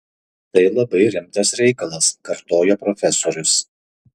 tai labai rimtas reikalas kartojo profesorius